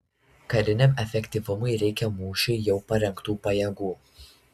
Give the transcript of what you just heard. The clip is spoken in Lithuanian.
kariniam efektyvumui reikia mūšiui jau parengtų pajėgų